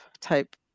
type